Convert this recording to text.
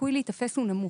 והסיכוי להיתפס הוא נמוך.